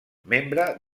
membre